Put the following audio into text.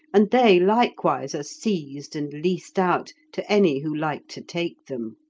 and they likewise are seized and leased out to any who like to take them.